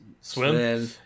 Swim